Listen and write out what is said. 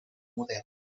model